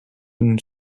une